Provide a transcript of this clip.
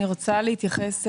מוצרים שעברו רפורמולציה,